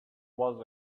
was